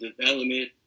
development